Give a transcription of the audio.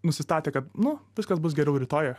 nusistatė kad nu viskas bus geriau rytoj